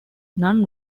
non